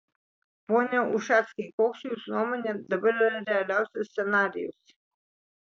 pone ušackai koks jūsų nuomone dabar yra realiausias scenarijus